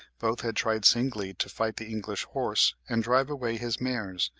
both had tried singly to fight the english horse and drive away his mares,